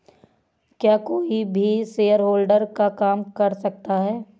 क्या कोई भी शेयरहोल्डर का काम कर सकता है?